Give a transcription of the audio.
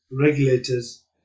regulators